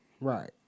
Right